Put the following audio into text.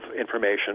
information